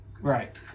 Right